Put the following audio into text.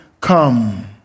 come